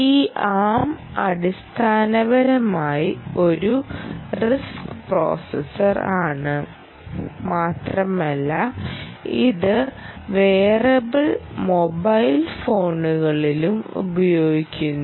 ഈ ആം അടിസ്ഥാനപരമായി ഒരു റിസ്ക് പ്രോസസർ ആണ് മാത്രമല്ല ഇത് വിയറബിൾ മൊബൈൽ ഫോണുകളിലും ഉപയോഗിക്കുന്നു